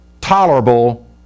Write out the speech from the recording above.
tolerable